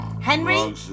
Henry